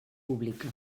pública